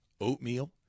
oatmeal